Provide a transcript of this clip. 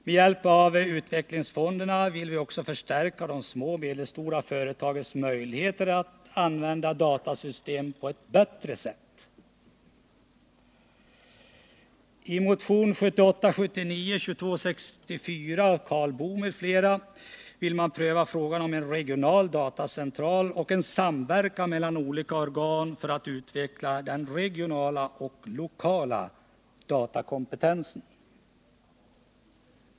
Med hjälp av utvecklingsfonderna vill vi också förstärka de små och medelstora företagens möjligheter att använda datasystem på ett bättre sätt. Herr talman!